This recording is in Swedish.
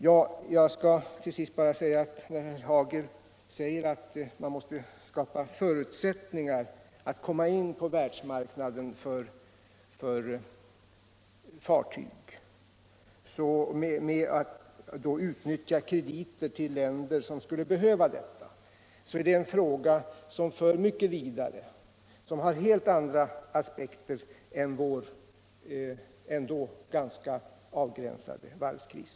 Jag vill till sist bara säga att när herr Hagel menar att man måste skapa förutsättningar för att komma in på världsmarknaden med svensktillverkade fartyg och att man måste ge krediter till länder som skulle behöva sådana, är det en fråga som för mycket längre och har helt andra aspekter än vår trots allt ganska avgränsade varvskris.